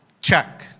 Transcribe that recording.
Check